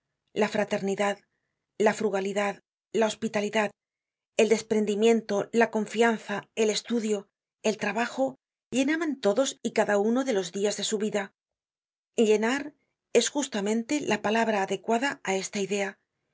la fraternidad la frugalidad la hospitalidad el desprendimiento la confianza el estudio el trabajo llenaban todos y cada uno de los dias de su vida llenar es justamente la palabra adecuada áesta idea y